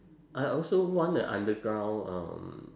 I also want a underground um